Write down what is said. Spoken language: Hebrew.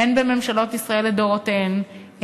הן בממשלות ישראל לדורותיהן,